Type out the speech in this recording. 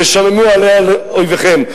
ושממו עליה אויביכם.